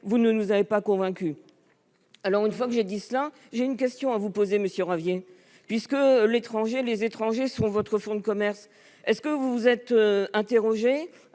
vous ne nous avez pas convaincus. Une fois que j'ai dit cela, j'ai une question à vous poser, monsieur Ravier. Puisque les étrangers sont votre fonds de commerce, vous êtes-vous